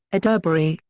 adderbury,